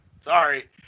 sorry